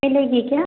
मिलेगी क्या